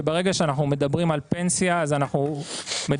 שברגע שאנחנו מדברים על פנסיה אז אנחנו מדברים,